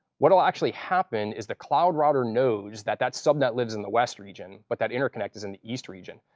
what will actually happen is the cloud router knows that that's something that lives in the west region, but that interconnect is in the east region.